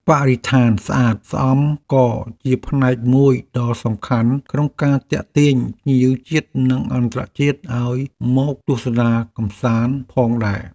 បរិស្ថានស្អាតស្អំក៏ជាផ្នែកមួយដ៏សំខាន់ក្នុងការទាក់ទាញភ្ញៀវជាតិនិងអន្តរជាតិឱ្យមកទស្សនាកម្សាន្តផងដែរ។